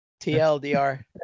tldr